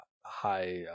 high